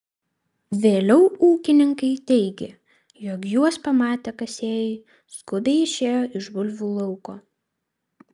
vėliau ūkininkai teigė jog juos pamatę kasėjai skubiai išėjo iš bulvių lauko